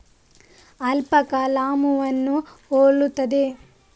alpaca ಲಾಮೂವನ್ನು ಹೋಲುತ್ತದೆ